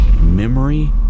memory